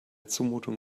zumutung